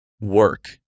work